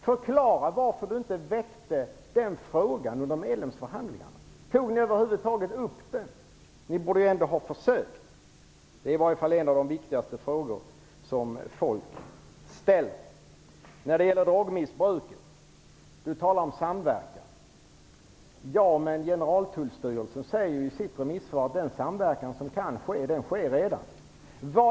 Förklara varför ni inte väckt den frågan under medlemsförhandlingarna! Tog ni över huvud taget upp den? Ni borde ändå ha försökt. Det är i varje fall en av de viktigaste frågor som folk ställer. När det gäller drogmissbruket talade Carl Bildt om samverkan, men Generaltullstyrelsen säger i sitt remissvar att det samarbete som kan bedrivas redan finns.